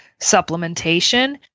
supplementation